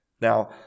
Now